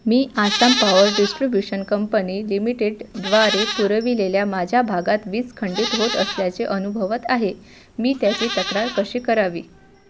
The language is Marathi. मी Assam power distribution company limited द्वारे पुरविलेल्या माझ्या भागात वीज खंडित होत असल्याचे अनुभवत आहे मी त्याची तक्रार कशी करावी